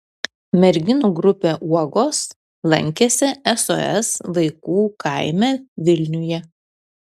merginų grupė uogos lankėsi sos vaikų kaime vilniuje